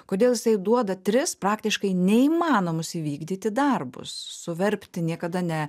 kodėl jisai duoda tris praktiškai neįmanomus įvykdyti darbus suverpti niekada